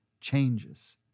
changes